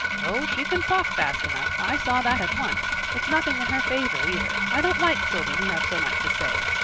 oh, she can talk fast enough. i saw that at once. it's nothing in her favour, either. i don't like children who have so much to say.